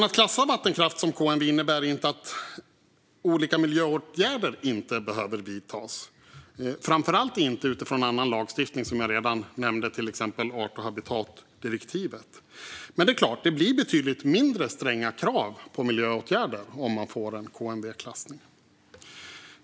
Att klassa vattenkraft som KMV innebär inte att olika miljöåtgärder inte behöver vidtas, framför allt inte utifrån annan lagstiftning, till exempel art och habitatdirektivet. Det blir dock betydligt mindre stränga krav på miljöåtgärder om man får en KMV-klassning.